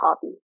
hobby